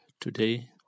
today